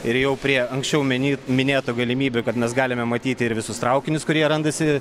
ir jau prie anksčiau meny minėtų galimybių kad mes galime matyti ir visus traukinius kur jie randasi